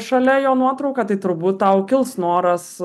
šalia jo nuotrauką tai turbūt tau kils noras